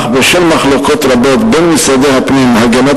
אך בשל מחלוקות רבות בין משרדי הפנים והגנת